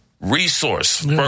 resource